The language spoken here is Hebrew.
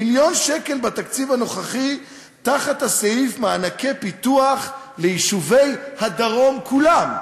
מיליון שקל בתקציב הנוכחי תחת הסעיף מענקי פיתוח ליישובי הדרום כולם.